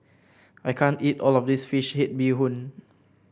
I can't eat all of this fish head Bee Hoon